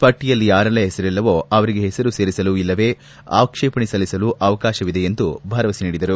ಪಟ್ಲಿಯಲ್ಲಿ ಯಾರೆಲ್ಲಾ ಹೆಸರಿಲ್ಲವೊ ಅವರಿಗೆ ಹೆಸರು ಸೇರಿಸಲು ಇಲ್ಲವೇ ಆಕ್ಷೇಪಣೆ ಸಲ್ಲಿಸಲು ಅವಕಾಶವಿದೆ ಎಂದು ಭರವಸೆ ನೀಡಿದ್ದಾರೆ